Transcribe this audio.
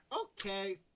Okay